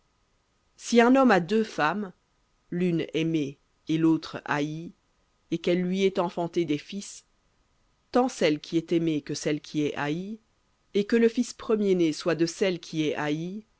si un homme a deux femmes l'une aimée et l'autre haïe et qu'elles lui aient enfanté des fils tant celle qui est aimée que celle qui est haïe et que le fils premier-né soit de celle qui est haïe